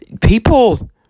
people –